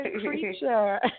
creature